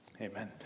Amen